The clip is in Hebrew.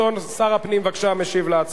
שר הפנים משיב על ההצעה הזאת.